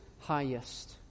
highest